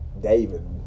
David